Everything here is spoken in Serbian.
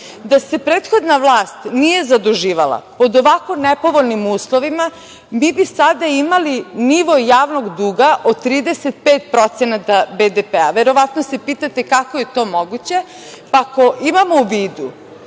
se prethodna vlast nije zaduživala pod ovako nepovoljnim uslovima, mi bi sada imali nivo javnog duga od 35% BDP-a. Verovatno se pitate kako je to moguće? Pa, ako imamo u vidu